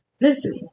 listen